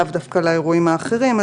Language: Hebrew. לאו דווקא לאירועים האחרים.